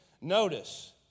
Notice